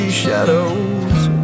shadows